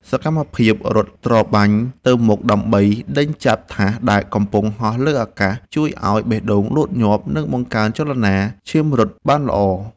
សកម្មភាពរត់ត្របាញ់ទៅមុខដើម្បីដេញចាប់ថាសដែលកំពុងហោះលើអាកាសជួយឱ្យបេះដូងលោតញាប់ និងបង្កើនចលនាឈាមរត់បានល្អ។